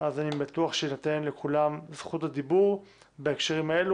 אז אני בטוח שהיא תיתן לכולם זכות דיבור בהקשרים האלה,